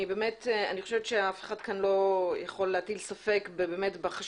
אני חושבת שאף אחד כאן לא יכול להטיל ספק בחשיבות